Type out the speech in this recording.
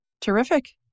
Terrific